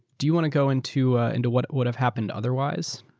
do you want to go into ah into what would've happened otherwise?